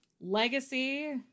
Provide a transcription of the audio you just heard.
Legacy